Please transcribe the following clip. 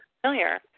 familiar